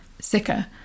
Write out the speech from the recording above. sicker